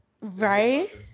Right